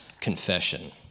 confession